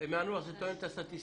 הם יענו לך, זה תואם את הסטטיסטיקות.